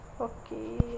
Okay